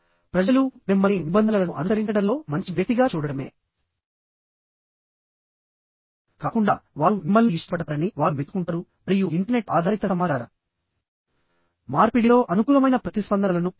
ప్రజలు మిమ్మల్ని నిబంధనలను అనుసరించడంలో మంచి వ్యక్తిగా చూడటమే కాకుండా వారు మిమ్మల్ని ఇష్టపడతారని వారు మెచ్చుకుంటారు మరియు ఇంటర్నెట్ ఆధారిత సమాచార మార్పిడిలో అనుకూలమైన ప్రతిస్పందనలను పొందుతారు